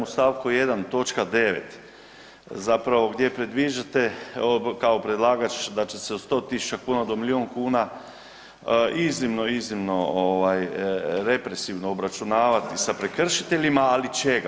U stavku 1. točka 9. zapravo gdje predviđate kao predlagač da će se od 100 tisuća kuna do milijun kuna iznimno, iznimno represivno obračunavati sa prekršiteljima ali čega?